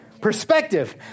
Perspective